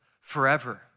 forever